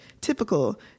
typical